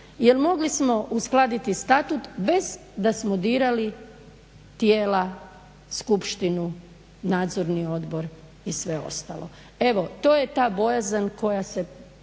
Jel mogli smo uskladiti statut bez da smo dirali tijela, skupštinu, nadzorni odbor i sve ostalo. Evo to je ta bojazan koja se